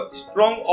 strong